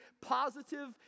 positive